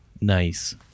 nice